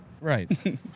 Right